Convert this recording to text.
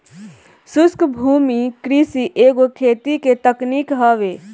शुष्क भूमि कृषि एगो खेती के तकनीक हवे